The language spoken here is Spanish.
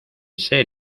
ser